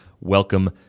Welcome